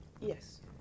Yes